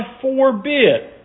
forbid